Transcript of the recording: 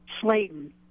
Slayton